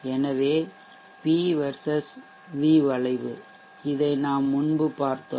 எனவே இது P vs V வளைவு இதை நாம் முன்பு பார்த்தோம்